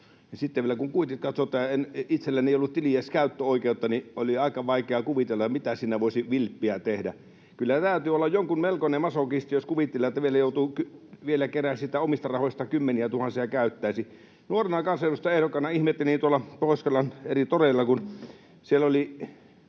sitten kun vielä kuitit katsotaan ja kun itselläni ei ollut tiliin edes käyttöoikeutta, niin oli aika vaikea kuvitella, miten siinä voisi vilppiä tehdä. Kyllä täytyy olla jonkun melkoinen masokisti, jos kuvittelee, että vielä joutuu keräämään omista rahoista kymmeniätuhansia, ja käyttäisi ne. Nuorena kansanedustajaehdokkaana minä ihmettelin tuolla Pohjois-Karjalan eri toreilla, kun siellä oli